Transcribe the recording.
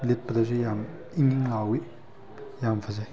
ꯂꯤꯠꯄꯗꯁꯨ ꯌꯥꯝ ꯏꯪ ꯏꯪ ꯂꯥꯎꯋꯤ ꯌꯥꯝ ꯐꯖꯩ